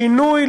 שינוי,